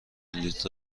بلیط